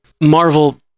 Marvel